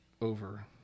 over